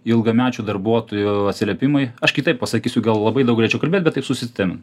ilgamečių darbuotojų atsiliepimai aš kitaip pasakysiu gal labai daug galėčiau kalbėt bet taip susitemint